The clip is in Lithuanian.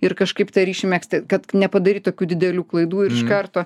ir kažkaip tą ryšį megzti kad nepadaryt tokių didelių klaidų ir iš karto